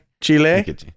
Chile